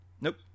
Nope